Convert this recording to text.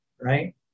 right